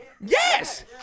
Yes